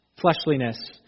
fleshliness